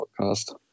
podcast